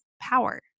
power